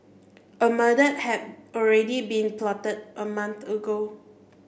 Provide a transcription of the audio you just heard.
a murder had already been plotted a month ago